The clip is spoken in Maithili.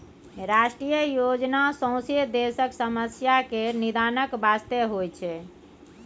राष्ट्रीय योजना सौंसे देशक समस्या केर निदानक बास्ते होइ छै